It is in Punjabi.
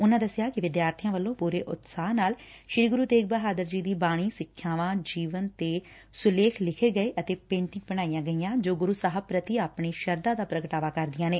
ਉਨੂਾ ਦੱਸਿਆ ਕਿ ਵਿਦਿਆਰਬੀਆ ਵੱਲੋ ਪੂਰੇ ਉਤਸ਼ਾਹ ਨਾਲ ਸ੍ਰੀ ਗੁਰੂ ਤੇਗ ਬਹਾਦਰ ਜੀ ਦੀ ਬਾਣੀ ਸਿੱਖਿਆਂਵਾਂ ਅਤੇ ਜੀਵਨ ਤੇ ਸੁਲੇਖ ਲਿਖੇ ਗਏ ਅਤੇ ਪੇਟਿੰਗ ਬਣਾਈਆਂ ਗਈਆਂ ਜੋ ਗੁਰੁ ਸਾਹਿਬ ਪੁਤੀ ਆਪਣੀ ਸ਼ਰਧਾ ਦਾ ਪੁਗਟਾਵਾ ਕਰਦੀਆਂ ਨੇ